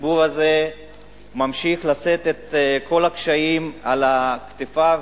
הציבור הזה ממשיך לשאת את כל הקשיים על כתפיו,